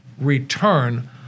return